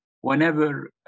Whenever